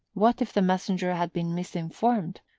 what if the messenger had been misinformed,